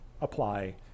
apply